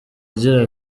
agira